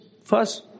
first